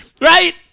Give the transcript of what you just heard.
Right